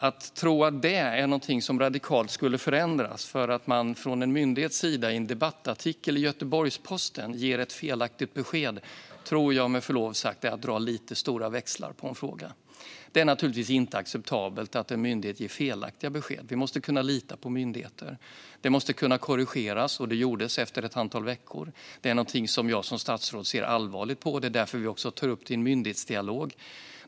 Att tro att detta skulle förändras radikalt för att en myndighet i en debattartikel i Göteborgs-Posten ger ett felaktigt besked tror jag med förlov sagt är att dra lite stora växlar på en fråga. Det är givetvis inte acceptabelt att en myndighet ger felaktiga besked. Vi måste kunna lita på myndigheter. Det måste därför korrigeras, och det gjordes efter ett antal veckor. Som statsråd ser jag allvarligt på detta, och därför tar vi upp det i en myndighetsdialog.